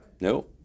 No